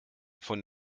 von